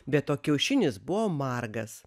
be to kiaušinis buvo margas